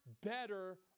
better